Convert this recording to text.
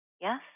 yes